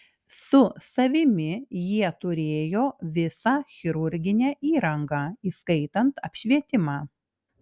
su savimi jie turėjo visą chirurginę įrangą įskaitant apšvietimą